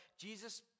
Jesus